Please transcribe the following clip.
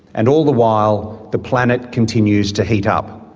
and all the while, the planet continues to heat up.